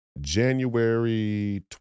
January